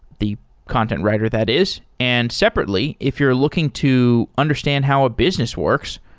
the content writer that is. and separately, if you're looking to understand how a business works,